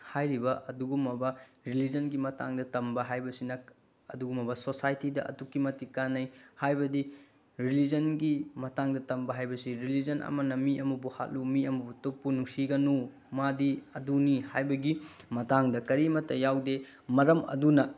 ꯍꯥꯏꯔꯤꯕ ꯑꯗꯨꯒꯨꯝꯃꯕ ꯔꯤꯂꯤꯖꯟꯒꯤ ꯃꯇꯥꯡꯗ ꯇꯝꯕ ꯍꯥꯏꯕꯁꯤꯅ ꯑꯗꯨꯒꯨꯝꯃꯕ ꯁꯣꯁꯥꯏꯇꯤꯗ ꯑꯗꯨꯛꯀꯤ ꯃꯇꯤꯛ ꯀꯥꯟꯅꯩ ꯍꯥꯏꯕꯗꯤ ꯔꯤꯂꯤꯖꯟꯒꯤ ꯃꯇꯥꯡꯗ ꯇꯝꯕ ꯍꯥꯏꯕꯁꯤ ꯔꯤꯂꯤꯖꯟ ꯑꯃꯅ ꯃꯤ ꯑꯃꯕꯨ ꯍꯥꯠꯂꯨ ꯃꯤ ꯑꯃꯕꯨ ꯇꯨꯞꯄꯨ ꯅꯨꯡꯁꯤꯒꯅꯨ ꯃꯥꯗꯤ ꯑꯗꯨꯅꯤ ꯍꯥꯏꯕꯒꯤ ꯃꯇꯥꯡꯗ ꯀꯔꯤꯃꯠꯇ ꯌꯥꯎꯗꯦ ꯃꯔꯝ ꯑꯗꯨꯅ